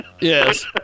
Yes